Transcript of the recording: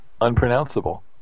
unpronounceable